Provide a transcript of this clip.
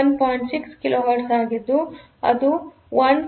6 kilohertz ಆಗಿದ್ದು ಅದು 1